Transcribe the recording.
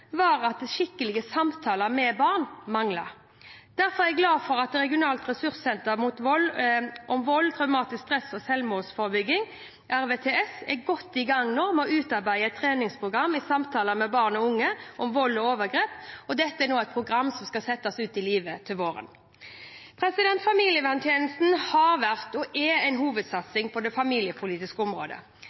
var at skikkelige samtaler med barn manglet. Derfor er jeg glad for at Regionalt ressurssenter om vold, traumatisk stress og selvmordsforebygging, RVTS, nå er godt i gang med å utarbeide et treningsprogram i å samtale med barn og unge om vold og overgrep. Dette er et program som skal settes ut i livet til våren. Familieverntjenesten har vært og er en hovedsatsing på det familiepolitiske området.